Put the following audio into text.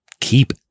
keep